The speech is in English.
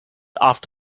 after